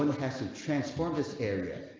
half and transform this area.